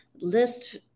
list